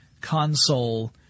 console